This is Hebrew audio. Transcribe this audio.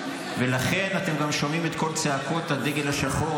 ולכן אתם גם שומעים את כל צעקות הדגל השחור,